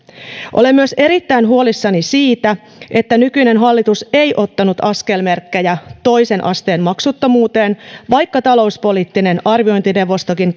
olen myös erittäin huolissani siitä että nykyinen hallitus ei ottanut askelmerkkejä toisen asteen maksuttomuuteen vaikka talouspoliittinen arviointineuvostokin